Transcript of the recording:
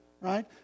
right